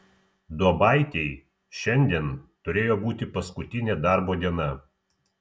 duobaitei šiandien turėjo būti paskutinė darbo diena